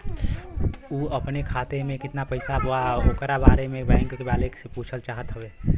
उ अपने खाते में कितना पैसा बा ओकरा बारे में बैंक वालें से पुछल चाहत हवे?